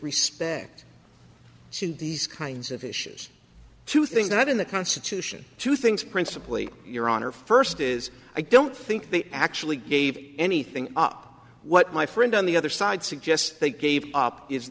respect to these kinds of issues to think that in the constitution two things principly your honor first is i don't think they actually gave anything up what my friend on the other side suggests they gave up is